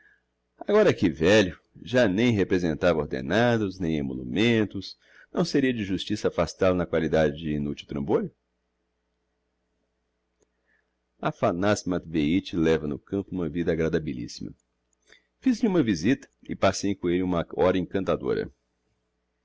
agora que velho já nem representava ordenados nem emolumentos não seria de justiça affastá lo na qualidade de inutil trambolho aphanassi matveich leva no campo uma vida agradabilissima fiz-lhe uma visita e passei com elle uma hora encantadora